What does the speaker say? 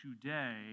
today